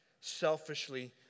selfishly